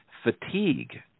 Fatigue